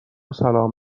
سلام